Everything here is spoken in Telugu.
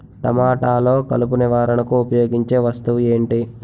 టమాటాలో కలుపు నివారణకు ఉపయోగించే వస్తువు ఏంటి?